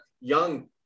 young